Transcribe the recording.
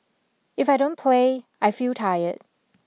if I don't play I feel tired